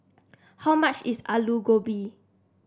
how much is Alu Gobi